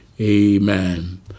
Amen